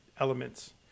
elements